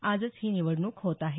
आजच ही निवडणूक होत आहे